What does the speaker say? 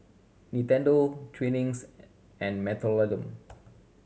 Nintendo Twinings and Mentholatum